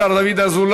השר דוד אזולאי.